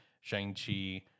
Shang-Chi